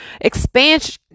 expansion